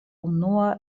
unua